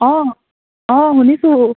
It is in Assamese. অঁ অঁ শুনিছোঁ